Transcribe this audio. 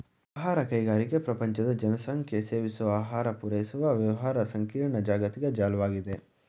ಆಹಾರ ಕೈಗಾರಿಕೆ ಪ್ರಪಂಚದ ಜನಸಂಖ್ಯೆಸೇವಿಸೋಆಹಾರಪೂರೈಸುವವ್ಯವಹಾರದಸಂಕೀರ್ಣ ಜಾಗತಿಕ ಜಾಲ್ವಾಗಿದೆ